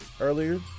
earlier